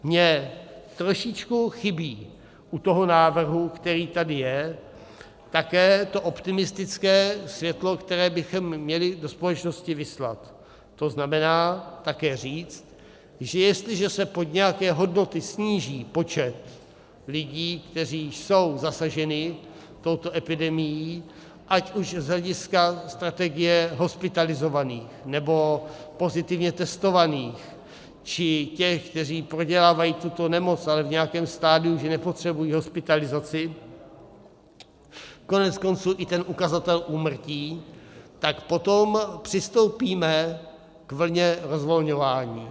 Mně trošičku chybí u toho návrhu, který tady je, také to optimistické světlo, které bychom měli do společnosti vyslat, to znamená také říct, že jestliže se pod nějaké hodnoty sníží počet lidí, kteří jsou zasaženi touto epidemií, ať už z hlediska strategie hospitalizovaných, nebo pozitivně testovaných, či těch, kteří prodělávají tuto nemoc ale v nějakém stadiu, že nepotřebují hospitalizaci, koneckonců i ten ukazatel úmrtí, tak potom přistoupíme k vlně rozvolňování.